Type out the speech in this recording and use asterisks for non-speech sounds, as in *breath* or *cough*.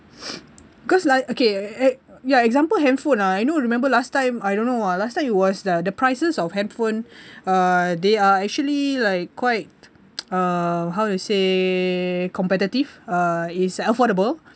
*breath* cause like okay ex~ ya example handphone ah you know remember last time I don't know ah last time it was uh the prices of handphone *breath* uh they are actually like quite uh how to say competitive uh is affordable